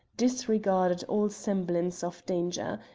disregarded all semblance of danger.